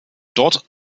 dort